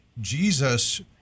jesus